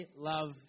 love